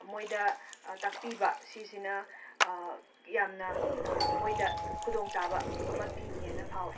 ꯃꯣꯏꯗ ꯇꯥꯛꯄꯤꯕ ꯁꯤꯁꯤꯅ ꯌꯥꯝꯅ ꯃꯣꯏꯗ ꯈꯨꯗꯣꯡꯆꯥꯕ ꯑꯃ ꯄꯤꯒꯤꯅ ꯐꯥꯎꯋꯦ